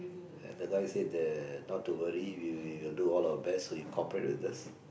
at the guy said that not to worry we we will do our best so you cooperate with this